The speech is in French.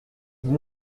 vous